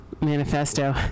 manifesto